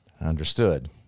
Understood